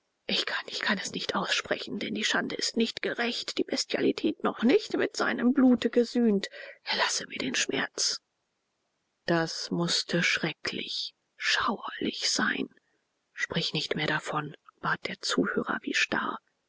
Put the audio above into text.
ich kann ich kann es nicht aussprechen denn die schande ist nicht gerächt die bestialität noch nicht mit seinem blute gesühnt erlasse mir den schmerz das mußte schrecklich schauerlich sein sprich nicht mehr davon bat der zuhörer wie starr